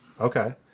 Okay